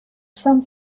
some